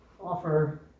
offer